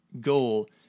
goal